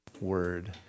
word